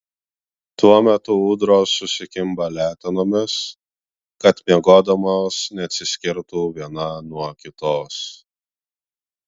tuo metu ūdros susikimba letenomis kad miegodamos neatsiskirtų viena nuo kitos